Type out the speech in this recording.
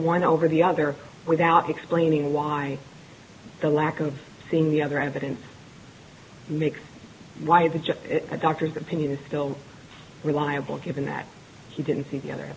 one over the other without explaining why the lack of seeing the other evidence mix why the just a doctor's opinion is still reliable given that he didn't see the other